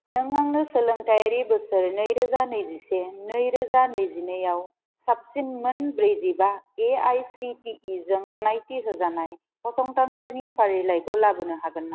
नों आंनो सोलोंथायारि बोसोर नैरोजा नैजिसे नैरोजा नैजिनैआव साबसिन मोन ब्रैजिबा एआइसिटिइ जों गनायथि होजानाय फसंथानफोरनि फारिलाइखौ लाबोनो हागोन नामा